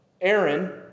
Aaron